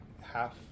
half